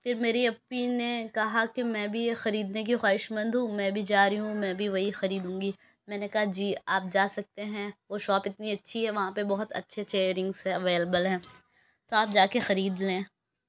پھر میری اپّی نے کہا کہ میں بھی یہ خریدنے کی خواہش مند ہوں میں بھی جا رہی ہوں میں بھی وہی خریدوں گی میں نے کہا جی آپ جا سکتے ہیں وہ شاپ اتنی اچھی ہے وہاں پہ بہت اچھے اچھے ایرنگس اویلیبل ہے تو آپ جا کے خرید لیں